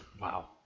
wow